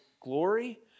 glory